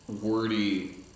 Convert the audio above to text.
wordy